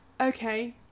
Okay